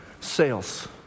Sales